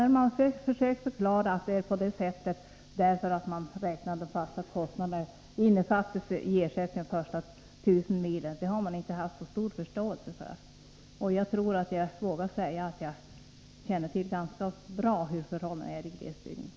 När man försökt förklara att det var på det sättet därför att man räknade med att de fasta kostnaderna innefattades i ersättningen för de första 1 000 milen har förståelsen inte varit stor. Jag vågar säga att jag känner ganska bra till förhållandena i glesbygden.